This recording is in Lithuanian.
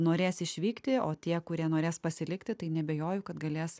norės išvykti o tie kurie norės pasilikti tai neabejoju kad galės